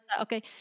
Okay